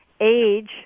age